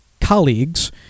colleagues